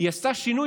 היא עשתה שינוי,